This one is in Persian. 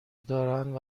دارند